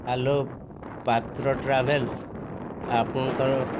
hello Patra travels ଆପଣଙ୍କର